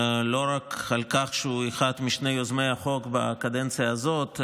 לא רק על כך שהוא אחד משני יוזמי החוק בקדנציה הזאת,